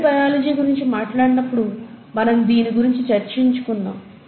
cell biology గురించి మాట్లాడినప్పుడు మనం దీని గురించి చర్చించుకుందాము